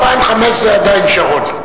2005 זה עדיין שרון.